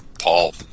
Paul